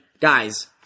guys –